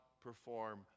perform